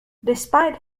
despite